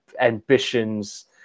ambitions